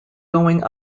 going